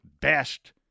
best